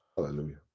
Hallelujah